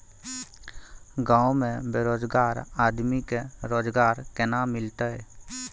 गांव में बेरोजगार आदमी के रोजगार केना मिलते?